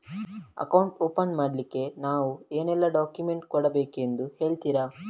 Account open ಮಾಡ್ಲಿಕ್ಕೆ ನಾವು ಏನೆಲ್ಲ ಡಾಕ್ಯುಮೆಂಟ್ ಕೊಡಬೇಕೆಂದು ಹೇಳ್ತಿರಾ?